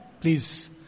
Please